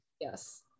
Yes